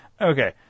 Okay